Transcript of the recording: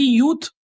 youth